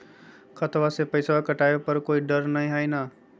खतबा से पैसबा कटाबे पर कोइ डर नय हय ना?